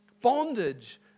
bondage